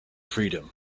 freedom